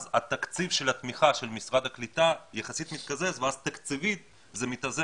אז התקציב של התמיכה של משרד הקליטה יחסית מתקזז ואז תקציבית זה מתאזן.